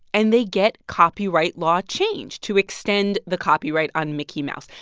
and they get copyright law changed to extend the copyright on mickey mouse,